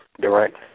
direct